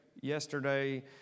yesterday